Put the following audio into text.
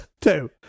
Two